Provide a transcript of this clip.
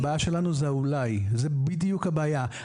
הבעיה שלנו היא ה"אולי" זה בדיוק הבעיה.